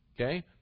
Okay